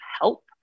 help